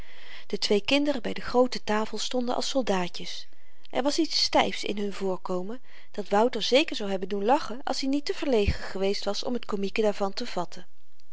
de twee kinderen by de groote tafel stonden als soldaatjes er was iets styfs in hun voorkomen dat wouter zeker zou hebben doen lachen als i niet te verlegen geweest was om t komieke daarvan te vatten